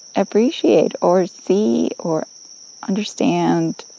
appreciate or see or understand.